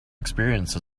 experience